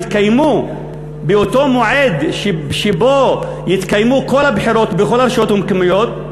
יתקיימו באותו מועד שבו יתקיימו כל הבחירות בכל הרשויות המקומיות,